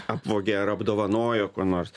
apvogė ar apdovanojo kuo nors